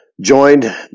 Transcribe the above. Joined